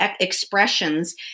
expressions